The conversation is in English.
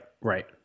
Right